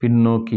பின்னோக்கி